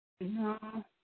No